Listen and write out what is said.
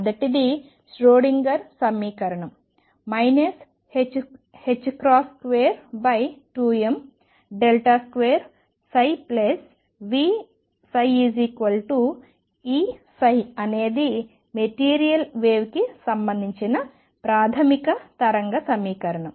మొదటిది ష్రోడింగర్ సమీకరణం 22m2ψVψEψ అనేది మెటీరియల్ వేవ్ కి సంబంధించిన ప్రాథమిక తరంగ సమీకరణం